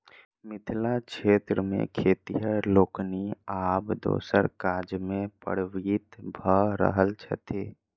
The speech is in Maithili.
मिथिला क्षेत्र मे खेतिहर लोकनि आब दोसर काजमे प्रवृत्त भ रहल छथि